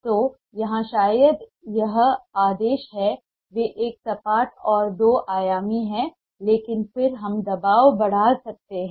तो यहाँ शायद यह आदेश है वे एक सपाट और दो आयामी हैं लेकिन फिर हम दबाव बढ़ा सकते हैं